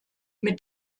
mit